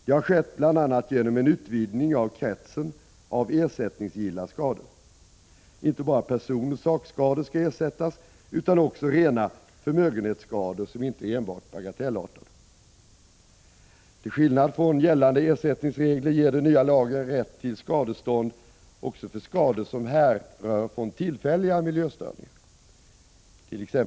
Det har skett bl.a. genom en utvidgning av kretsen av ersättningsgilla skador. Inte bara personoch sakskador skall ersättas utan även rena förmögenhetsskador, som inte är enbart bagatellartade. Till skillnad från gällande ersättningsregler ger den nya lagen rätt till skadestånd även för skador som härrör från tillfälliga miljöstörningar.